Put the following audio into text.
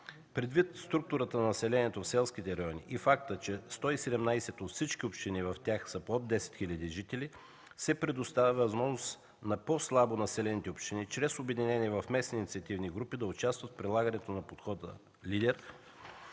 Предвид структурата на населението в селските райони и факта, че 117 от всички общини са под 10 хиляди жители, се предоставя възможност на по-слабо населените общини чрез обединение в местни инициативни групи да участват в прилагането на подхода „Лидер”.